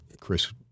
Chris